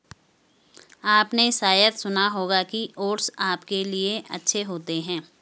आपने शायद सुना होगा कि ओट्स आपके लिए अच्छे होते हैं